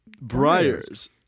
briars